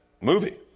movie